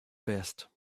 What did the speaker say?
best